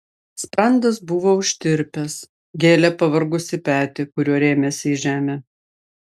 sprandas buvo užtirpęs gėlė pavargusį petį kuriuo rėmėsi į žemę